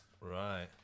Right